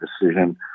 decision